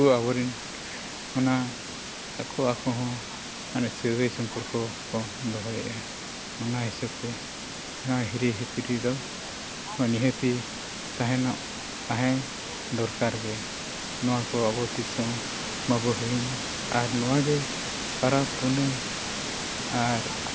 ᱩᱱᱠᱩ ᱟᱵᱚᱨᱮᱱ ᱚᱱᱟ ᱟᱠᱚ ᱟᱠᱚ ᱦᱚᱸ ᱢᱟᱱᱮ ᱥᱟᱹᱜᱟᱹᱭ ᱥᱚᱢᱯᱚᱨᱠᱚ ᱠᱚ ᱫᱚᱦᱚᱭᱮᱫᱼᱟ ᱚᱱᱟ ᱦᱤᱥᱟᱹᱵᱽᱛᱮ ᱚᱱᱟ ᱦᱤᱨᱤᱼᱦᱤᱯᱤᱨᱤ ᱫᱚ ᱚᱱᱟ ᱱᱤᱦᱟᱹᱛᱤ ᱛᱟᱦᱮᱱᱚᱜ ᱛᱟᱦᱮᱸ ᱫᱚᱨᱠᱟᱨ ᱜᱮ ᱱᱚᱣᱟ ᱠᱚ ᱟᱵᱚ ᱛᱤᱥᱦᱚᱸ ᱵᱟᱵᱚ ᱦᱤᱲᱤᱧᱟ ᱟᱨ ᱱᱚᱣᱟ ᱜᱮ ᱯᱚᱨᱚᱵᱽᱼᱯᱩᱱᱟᱹᱭ ᱟᱨ